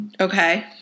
Okay